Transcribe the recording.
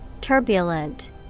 Turbulent